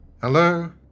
Hello